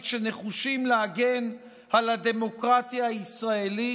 שנחושים להגן על הדמוקרטיה הישראלית,